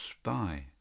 spy